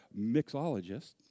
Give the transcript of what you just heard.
mixologist